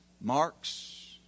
marks